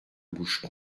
bouche